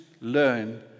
learn